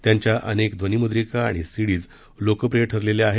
त्यांच्या अनेक ध्वनिम्द्रिका आणि सीडीज लोकप्रिय ठरलेल्या आहेत